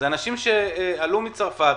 אלו אנשים שעלו מצרפת,